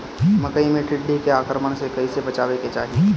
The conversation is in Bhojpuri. मकई मे टिड्डी के आक्रमण से कइसे बचावे के चाही?